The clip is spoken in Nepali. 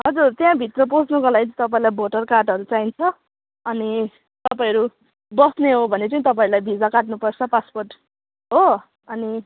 हजुर त्यहाँभित्र पस्नुको लागि चाहिँ तपाईँलाई भोटर कार्डहरू चाहिन्छ अनि तपाईँहरू बस्ने हो भने चाहिँ तपाईँहरूलाई भिजा काट्नुपर्छ पासपोर्ट हो अनि